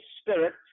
Spirit